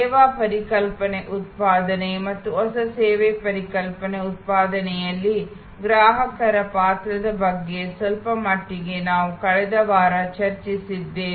ಸೇವಾ ಪರಿಕಲ್ಪನೆ ಉತ್ಪಾದನೆ ಮತ್ತು ಹೊಸ ಸೇವಾ ಪರಿಕಲ್ಪನೆ ಉತ್ಪಾದನೆಯಲ್ಲಿ ಗ್ರಾಹಕರ ಪಾತ್ರದ ಬಗ್ಗೆ ಸ್ವಲ್ಪ ಮಟ್ಟಿಗೆ ನಾವು ಕಳೆದ ವಾರ ಚರ್ಚಿಸಿದ್ದೇವೆ